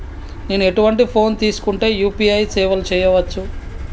నేను ఎటువంటి ఫోన్ తీసుకుంటే యూ.పీ.ఐ సేవలు చేయవచ్చు?